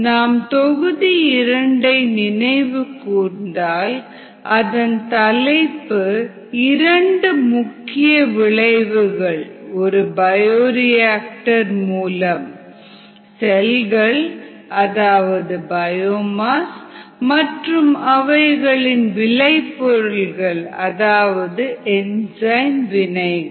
நாம் தொகுதி2 நினைவுகூர்ந்தால் அதன் தலைப்பு இரண்டு முக்கிய விளைவுகள் ஒரு பயோரியாக்டர் மூலம் செல்கள் அதாவது பயோமாஸ் மற்றும் அவைகளின் விளைபொருள்கள் அதாவது என்ஜெய்ம் வினைகள்